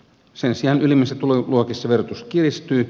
sen sijaan ylimmissä tuloluokissa verotus kiristyy